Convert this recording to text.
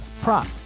prop